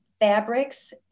fabrics